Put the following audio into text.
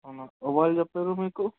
అవునా ఎవరు చెప్పారు మీకు